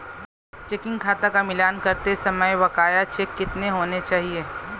Checking खाते का मिलान करते समय बकाया चेक कितने होने चाहिए?